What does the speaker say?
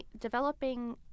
developing